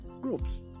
groups